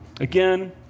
Again